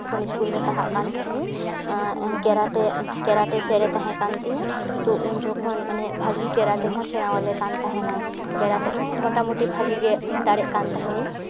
ᱡᱚᱠᱷᱚᱱ ᱤᱥᱠᱩᱞ ᱨᱮ ᱯᱟᱲᱦᱟᱜ ᱠᱟᱱ ᱛᱟᱦᱮᱱᱤᱧ ᱠᱮᱨᱟᱴᱮ ᱠᱮᱨᱟᱴᱮ ᱥᱮᱨ ᱮ ᱛᱟᱦᱮᱸ ᱠᱟᱱ ᱛᱤᱧᱟᱹ ᱛᱚ ᱩᱱ ᱡᱚᱠᱷᱚᱱ ᱢᱟᱱᱮ ᱵᱷᱟᱜᱮ ᱠᱮᱨᱟᱴᱮ ᱦᱚᱸ ᱥᱮᱬᱟ ᱟᱞᱮ ᱠᱟᱱ ᱛᱟᱦᱮᱱᱟᱭ ᱠᱮᱨᱟᱴᱮ ᱦᱚᱸ ᱢᱳᱴᱟᱢᱩᱴᱤ ᱵᱷᱟᱜᱮ ᱜᱮ ᱫᱟᱲᱮᱜ ᱠᱟᱱ ᱛᱟᱦᱮᱱᱤᱧ